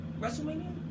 WrestleMania